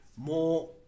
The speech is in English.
More